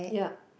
yup